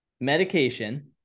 Medication